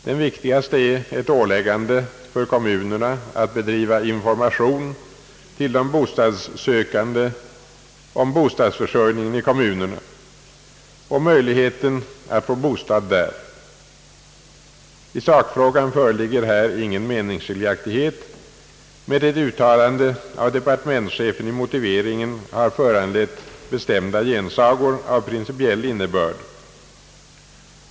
Den viktigaste är ett åläggande för kommunerna att bedriva information till de bostadssökande om bostadsförsörjningen i kommunerna och om möjligheten att få bostad där. I sakfrågan föreligger här ingen meningsskiljaktighet, men ett uttalande av departementschefen i motiveringen har föranlett bestämda gensagor av principiell innebörd.